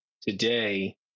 today